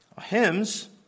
Hymns